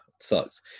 sucks